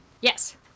Yes